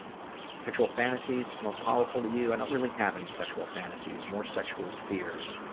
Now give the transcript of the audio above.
sexual fantasies most powerful to you i don't really have any sexual fantasies. more sexual fears.